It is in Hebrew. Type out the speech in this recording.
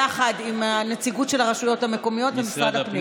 יחד עם נציגות של הרשויות המקומיות ומשרד הפנים.